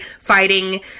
fighting